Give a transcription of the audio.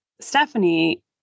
stephanie